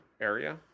area